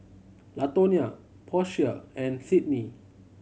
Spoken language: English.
Latonia Portia and Sydney